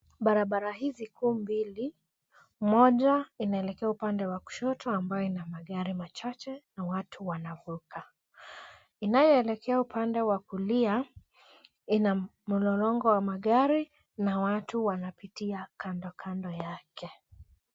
Barabara hizi kuu mbili, moja inaelekea upande wa kushoto ambayo ina magari machache na watu wanavuka. Inayoelekea upande wa kulia, ina mlolongo wa magari na watu wanapitia kando yake.